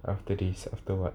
after this after what